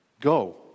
Go